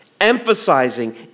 emphasizing